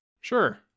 Sure